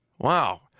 Wow